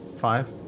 Five